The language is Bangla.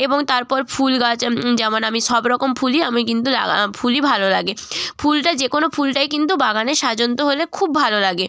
এবং তারপর ফুল গাছ যেমন আমি সব রকম ফুলই আমি কিন্তু লাগাই ফুলই ভালো লাগে ফুলটাই যে কোনো ফুলটাই কিন্তু বাগানে সাজানো হলে খুব ভালো লাগে